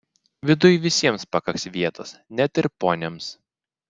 viduj visiems pakaks vietos net ir poniams